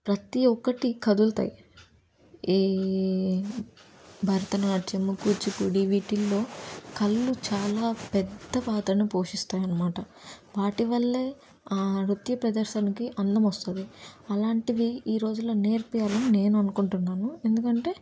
ప్రతీ ఒక్కటి కదులుతాయి ఈ భరతనాట్యం కూచిపూడి వీటిల్లో కళ్ళు చాలా పెద్ద పాత్రను పోషిస్తాయి అన్నమాట వాటి వల్లే ఆ నృత్య ప్రదర్శనకి అందం వస్తుంది అలాంటివి ఈ రోజుల్లో నేర్పించాలని నేను అనుకుంటున్నాను ఎందుకంటే